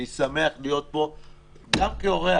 אני שמח להיות כאן גם כאורח.